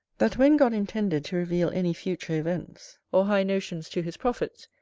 that when god intended to reveal any future events or high notions to his prophets,